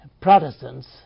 Protestants